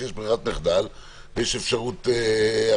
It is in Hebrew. כשיש ברירת מחדל, יש אפשרות אחרת.